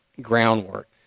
groundwork